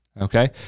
Okay